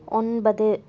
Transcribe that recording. ஒன்பது